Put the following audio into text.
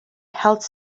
health